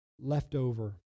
leftover